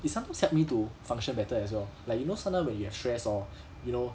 it sometimes help me to function better as well like you know sometime when you have stress or you know